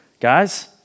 guys